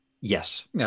Yes